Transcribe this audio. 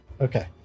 okay